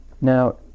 Now